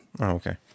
Okay